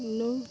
नौ